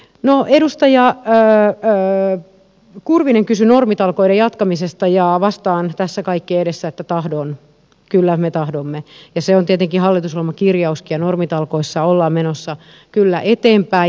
edustaja kurvinen kysyi normitalkoiden jatkamisesta ja vastaan tässä kaikkien edessä että tahdon kyllä me tahdomme ja se on tietenkin hallitusohjelmakirjauskin ja normitalkoissa ollaan menossa kyllä eteenpäin